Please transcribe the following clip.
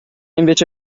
invece